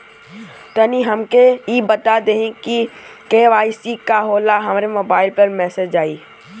तनि हमके इ बता दीं की के.वाइ.सी का होला हमरे मोबाइल पर मैसेज आई?